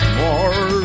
more